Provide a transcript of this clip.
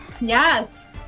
Yes